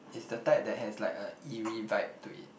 it's the type that has like a eerie vibe to it